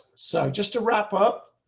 so just to wrap up.